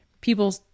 people